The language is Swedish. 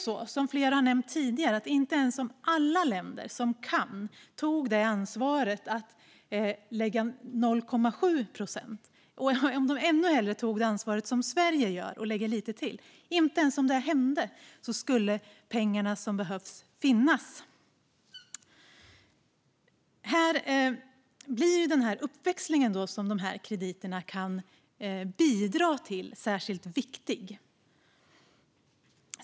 Som flera har nämnt tidigare: Inte ens om alla länder som kan tog ansvaret att lägga 0,7 procent - eller ännu hellre tog det ansvar som Sverige tar och lade lite till - skulle pengarna som behövs finnas. Därför blir den uppväxling som de här krediterna kan bidra till särskilt viktig.